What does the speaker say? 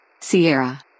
Sierra